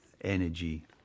energy